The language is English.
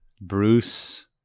Bruce